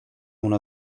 una